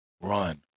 run